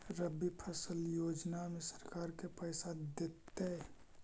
रबि फसल योजना में सरकार के पैसा देतै?